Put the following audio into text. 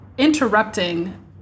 Interrupting